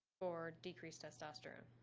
for decreased testosterone.